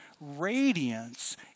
radiance